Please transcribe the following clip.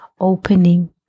opening